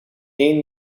één